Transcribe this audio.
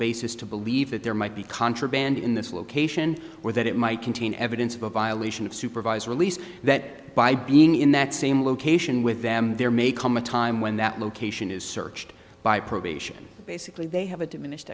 basis to believe that there might be contraband in this location or that it might contain evidence of a violation of supervised release that by being in that same location with them there may come a time when that location is searched by probation basically they have a diminished